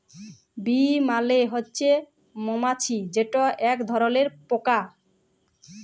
bee মালে হছে মমাছি যেট ইক ধরলের পকা